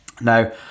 Now